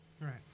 Right